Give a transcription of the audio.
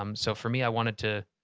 um so for me, i wanted to